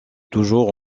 toujours